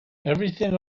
everything